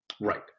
Right